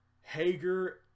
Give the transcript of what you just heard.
Hager